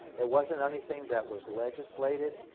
it wasn't anything that was legislated,